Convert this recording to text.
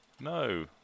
No